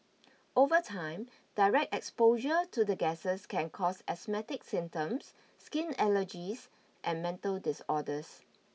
over time direct exposure to the gases can cause asthmatic symptoms skin allergies and mental disorders